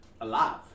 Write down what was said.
alive